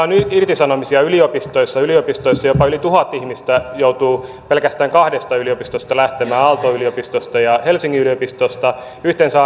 on irtisanomisia yliopistoissa yliopistoissa jopa yli tuhat ihmistä joutuu pelkästään kahdesta yliopistosta lähtemään aalto yliopistosta ja helsingin yliopistosta arvioidaan että yhteensä